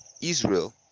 Israel